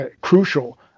crucial